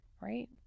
right